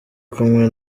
kumwe